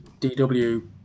DW